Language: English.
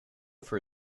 for